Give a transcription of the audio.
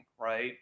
right